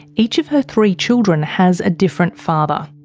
each of her three children has a different father.